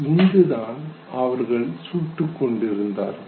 இங்குதான் அவர்கள் சுட்டுக் கொண்டிருந்தார்கள்